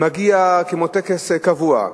מגיע כמו טקס קבוע,